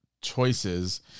choices